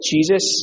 Jesus